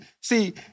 see